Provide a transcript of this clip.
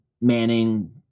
Manning